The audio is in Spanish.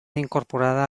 incorporada